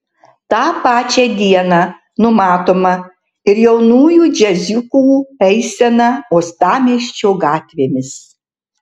tą pačią dieną numatoma ir jaunųjų džiaziukų eisena uostamiesčio gatvėmis